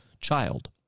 child